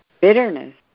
Bitterness